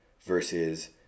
versus